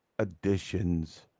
Additions